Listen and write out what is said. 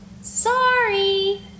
Sorry